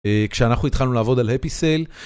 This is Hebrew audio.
א...כשאנחנו התחלנו לעבוד על הפי סייל,